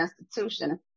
institution